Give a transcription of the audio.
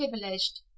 privileged